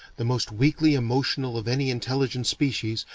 the most weakly emotional of any intelligent species,